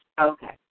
Okay